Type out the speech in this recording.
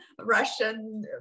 Russian